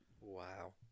Wow